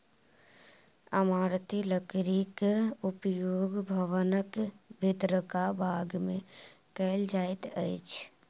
इमारती लकड़ीक उपयोग भवनक भीतरका भाग मे कयल जाइत अछि